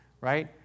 right